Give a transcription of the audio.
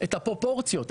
את הפרופורציות,